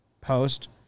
Post